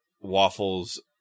waffles